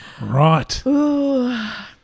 Right